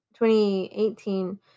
2018